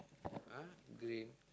!huh! grey